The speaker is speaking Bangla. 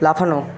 লাফানো